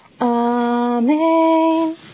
Amen